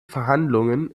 verhandlungen